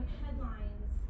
headlines